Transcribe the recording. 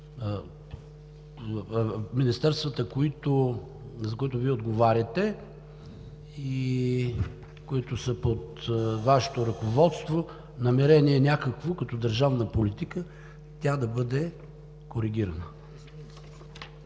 министерствата, за които Вие отговаряте и които са под Вашето ръководство, някакво намерение като държавна политика, тя да бъде коригирана?